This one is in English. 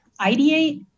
ideate